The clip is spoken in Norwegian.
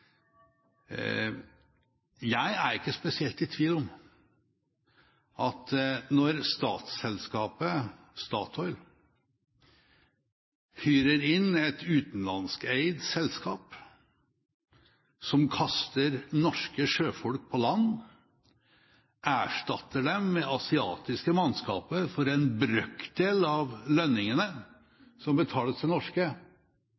Jeg er ikke spesielt i tvil om at når statsselskapet Statoil hyrer inn et utenlandskeid selskap som kaster norske sjøfolk på land, erstatter dem med asiatiske mannskaper for en brøkdel av